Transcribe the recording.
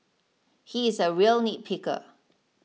he is a real nitpicker